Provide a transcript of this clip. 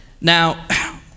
Now